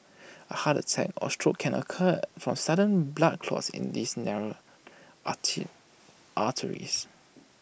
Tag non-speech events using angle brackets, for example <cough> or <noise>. A heart attack or stroke can occur from sudden blood clots in these narrowed <unintelligible> arteries